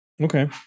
Okay